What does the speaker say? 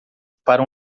para